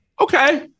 Okay